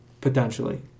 potentially